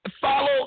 Follow